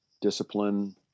discipline